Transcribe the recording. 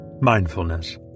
mindfulness